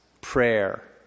prayer